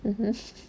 mmhmm